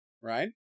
Right